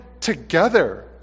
together